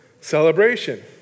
Celebration